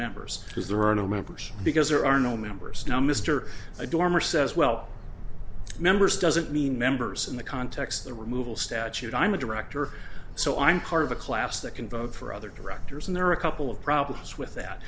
members because there are no members because there are no members no mr a dorm or says well members doesn't mean members in the context the removal statute i'm a director so i'm part of a class that can vote for other directors and there are a couple of problems with that